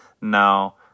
Now